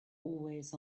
always